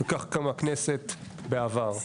וכך גם הכנסת בעבר.